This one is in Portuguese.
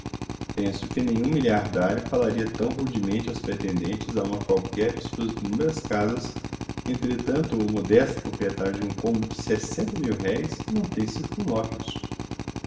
penso que nenhum miliardário falaria tão rudemente aos pretendentes a uma qualquer de suas inúmeras casas entretanto o modesto proprietário de um cômodo de sessenta mil-réis não tem